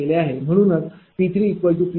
म्हणूनच P3PL3PL4 आहे